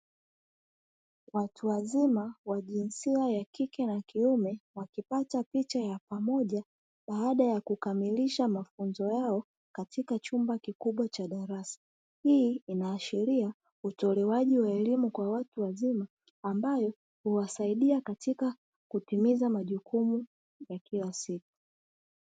Watu wazima wa jinsia ya kike na ya kiume wakipata picha ya pamoja katika chumba kikubwa cha darasa, baada ya kukamilisha mafunzo yao ambayo huwasaidia katika kutimiza majukumu yao ya kila siku.